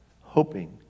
hoping